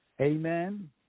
Amen